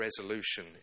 resolution